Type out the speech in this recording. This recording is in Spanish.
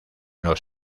los